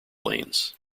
lanes